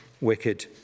wicked